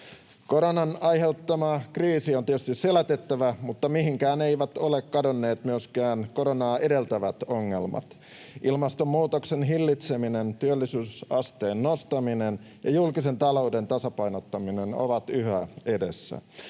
Koronan aiheuttamaa kriisiä on tietysti selätettävä, mutta mihinkään eivät ole myöskään kadonneet koronaa edeltävät ongelmat. Ilmastonmuutoksen hillitseminen, työllisyysasteen nostaminen ja julkisen talouden tasapainottaminen ovat yhä edessä.